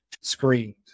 screened